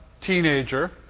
teenager